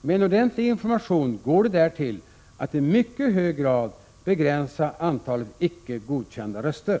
Med en ordentlig information är det därtill möjligt att i mycket hög grad begränsa antalet icke godkända röster.